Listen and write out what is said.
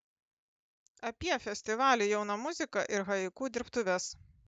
apie festivalį jauna muzika ir haiku dirbtuves